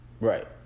Right